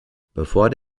bevor